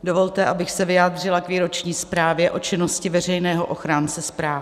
Dovolte, abych se vyjádřila k výroční zprávě o činnosti veřejného ochránce práv.